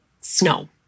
snow